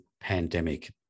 pandemic